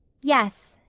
yes.